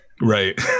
Right